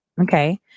Okay